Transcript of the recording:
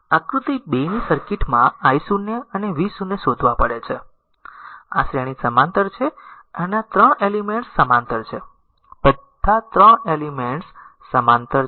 આકૃતિ 2 ની સર્કિટમાં i 0 અને v0 શોધવા પડે છે આ શ્રેણી સમાંતર છે આ 3 એલીમેન્ટ્સ સમાંતર છે બધા 3 એલીમેન્ટ્સ સમાંતર છે